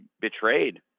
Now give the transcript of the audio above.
betrayed